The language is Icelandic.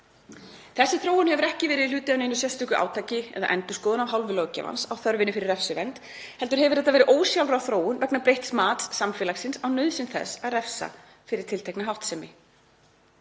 Þessi þróun hefur ekki verið hluti af neinu sérstöku átaki eða endurskoðun af hálfu löggjafans á þörfinni fyrir refsivernd, heldur hefur þetta verið ósjálfráð þróun vegna breytts mats samfélagsins á nauðsyn þess að refsa fyrir tiltekna háttsemi.